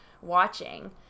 watching